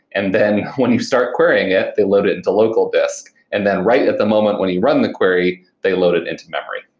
and then when you start querying it, they load it into local disk. and then right at the moment when you run the query, they load it into memory.